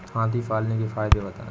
हाथी पालने के फायदे बताए?